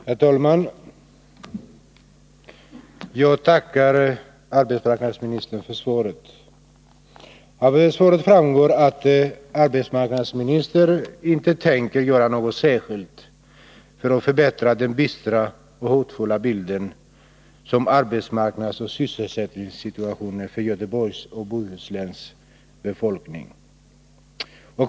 Herr talman! Jag tackar arbetsmarknadsministern för svaret. Av svaret framgår att arbetsmarknadsministern inte tänker göra något särskilt för att förbättra den bistra och hotfulla arbetsmarknadsoch sysselsättningssituationen för Göteborgs och Bohus läns befolkning.